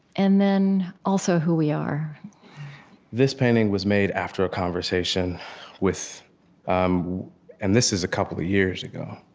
and then, also, who we are this painting was made after a conversation with um and this is a couple of years ago.